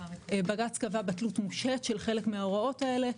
בג"צ קבע בטלות מושהית של חלק מההוראות האלה.